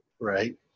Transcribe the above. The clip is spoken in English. Right